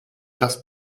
das